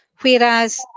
whereas